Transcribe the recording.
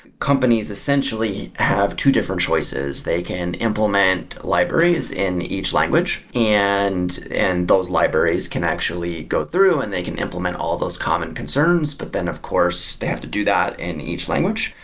companies essentially have two different choices. they can implement libraries in each language and and those libraries can actually go through and they can implement all those common concerns. but then, of course, they have to do that in each language,